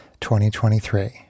2023